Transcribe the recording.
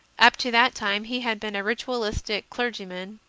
up to that time he had been a ritualistic clergyman,